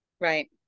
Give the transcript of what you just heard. Right